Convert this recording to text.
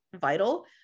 vital